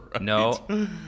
No